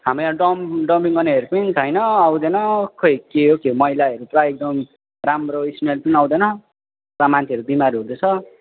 हाम्रो यहाँ डम् डम्पिङ गर्नेहरू पनि छैन आउँदैन खै के हो के हो मैलाहरू पुरा एकदम राम्रो स्मेल पनि आउँदैन र मान्छेहरू बिमारी हुँदैछ